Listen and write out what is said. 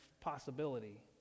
possibility